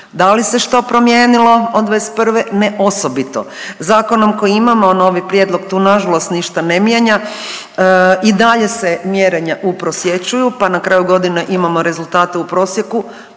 Da li se što promijenilo od '21.? Ne osobito. Zakonom koji imamo, a novi prijedlog tu nažalost ništa ne mijenja i dalje se mjerenja uprosječuju, pa na kraju godine imamo rezultate u prosjeku